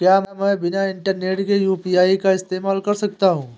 क्या मैं बिना इंटरनेट के यू.पी.आई का इस्तेमाल कर सकता हूं?